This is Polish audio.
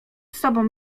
sobą